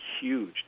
huge